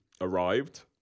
arrived